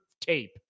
tape